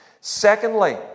Secondly